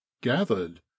Gathered